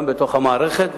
גם בתוך המערכת,